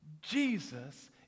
Jesus